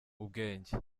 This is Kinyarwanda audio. ubwenge